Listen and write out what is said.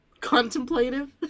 contemplative